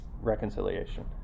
Reconciliation